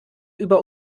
über